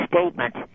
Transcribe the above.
statement